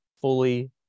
fully